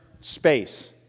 space